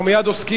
אנחנו מייד נעסוק,